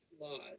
laws